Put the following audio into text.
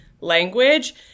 language